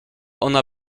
ona